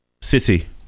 City